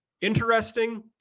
interesting